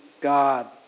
God